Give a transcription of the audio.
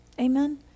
Amen